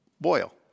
boil